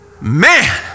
Man